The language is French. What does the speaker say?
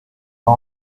pas